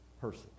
person